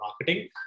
marketing